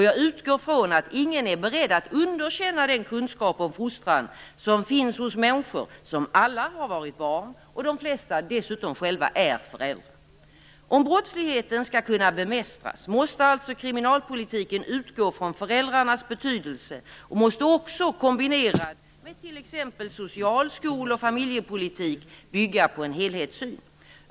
Jag utgår från att ingen är beredd att underkänna den kunskap om fostran som finns hos människor som alla har varit barn och i de flesta fall dessutom själva är föräldrar. Om brottsligheten skall kunna bemästras måste alltså kriminalpolitiken utgå från föräldrarnas betydelse och måste också, kombinerad med t.ex. social-, skol och familjepolitiken bygga på en helhetssyn.